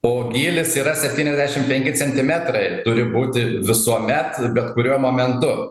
o gylis yra septyniasdešimt penki centimetrai turi būti visuomet bet kuriuo momentu